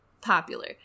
popular